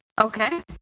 Okay